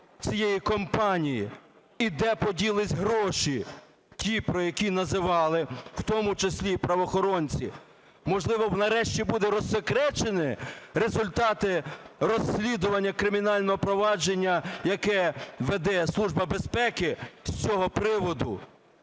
цієї компанії і де поділись гроші, ті, про які називали в тому числі і правоохоронці. Можливо, нарешті буде розсекречено результати розслідування кримінального провадження, яке веде Служба безпеки з цього приводу.